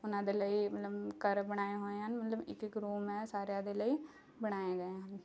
ਉਹਨਾਂ ਦੇ ਲਈ ਮਤਲਬ ਘਰ ਬਣਾਏ ਹੋਏ ਹਨ ਮਤਲਬ ਇੱਕ ਇੱਕ ਰੂਮ ਹੈ ਸਾਰਿਆਂ ਦੇ ਲਈ ਬਣਾਏ ਗਏ ਹਨ